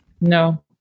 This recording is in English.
no